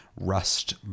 rust